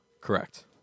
Correct